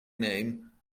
name